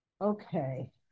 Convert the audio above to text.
Okay